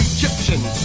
Egyptians